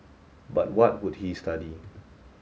but what would he study